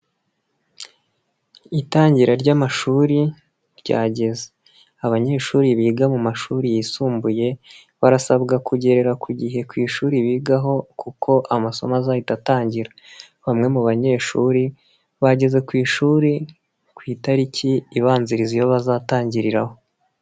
Itangira ry'amashuri, ryageze. Abanyeshuri biga mu mashuri yisumbuye, barasabwa kugerera ku gihe ku ishuri bigaho kuko amasomo azahita atangira. Bamwe mu banyeshuri bageze ku ishuri ku itariki ibanziriza iyo bazatangiriraho.